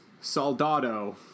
Soldado